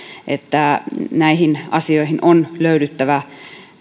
että näihin asioihin on löydyttävä